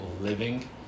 living